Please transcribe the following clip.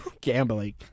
Gambling